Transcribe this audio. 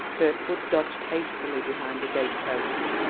kirkwood dodged hastily behind a gate-post.